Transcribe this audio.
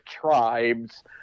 tribes